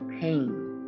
pain